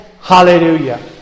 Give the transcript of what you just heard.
Hallelujah